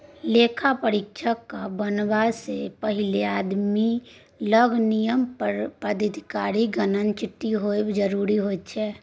लेखा परीक्षक बनबासँ पहिने आदमी लग नियामक प्राधिकरणक चिट्ठी होएब जरूरी होइत छै